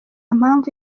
mpamvu